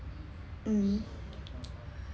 mm